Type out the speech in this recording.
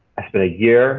but a year